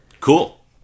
Cool